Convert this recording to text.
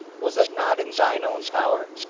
was it not in thine own power?